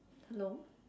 hello